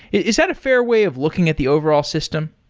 is that a fair way of looking at the overall system?